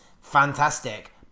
fantastic